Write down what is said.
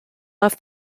off